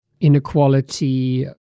Inequality